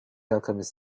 alchemist